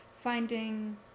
finding